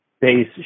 base